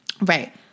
Right